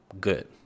good